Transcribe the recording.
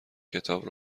کتاب